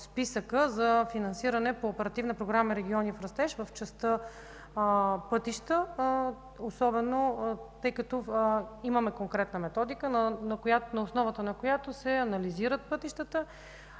за финансиране по Оперативна програма „Региони в растеж” в частта „Пътища”, тъй като имаме конкретна методика, на основата на която се анализират пътищата